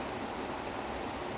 mm same lah same